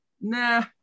Nah